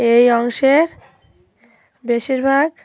এই অংশের বেশিরভাগ